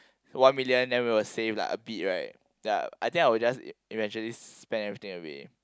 one million then we will save like a bit right ya I think I will just eventually spend everything away